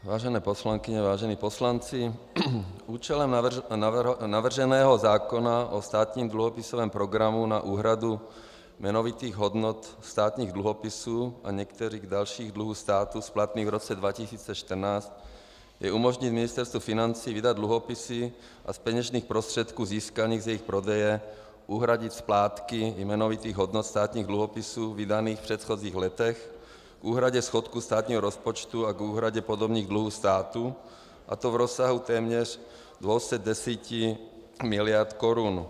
Vážené poslankyně, vážení poslanci, účelem navrženého zákona o státním dluhopisovém programu na úhradu jmenovitých hodnot státních dluhopisů a některých dalších dluhů státu splatných v roce 2014 je umožnit Ministerstvu financí vydat dluhopisy a z peněžních prostředků získaných z jejich prodeje uhradit splátky jmenovitých hodnot státních dluhopisů vydaných v předchozích letech k úhradě schodku státního rozpočtu a k úhradě podobných dluhů státu, a to v rozsahu téměř 210 mld. korun.